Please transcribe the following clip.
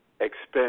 expense